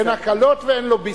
אין הקלות ואין לוביסטים.